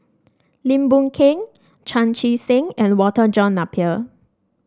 Lim Boon Keng Chan Chee Seng and Walter John Napier